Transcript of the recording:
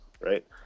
right